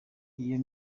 iyo